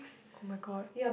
[oh]-my-god